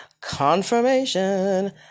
confirmation